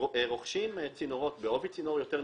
שרוכשים צינורות בעובי צינור נמוך יותר,